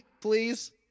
please